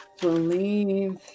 believe